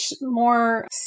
more